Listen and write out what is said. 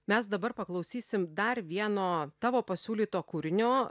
mes dabar paklausysim dar vieno tavo pasiūlyto kūrinio